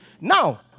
Now